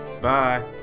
Bye